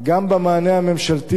גם במענה הממשלתי,